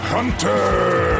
Hunter